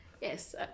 Yes